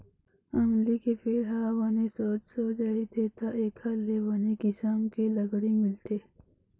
अमली के पेड़ ह बने सोझ सोझ रहिथे त एखर ले बने किसम के लकड़ी मिलथे